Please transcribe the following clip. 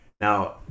Now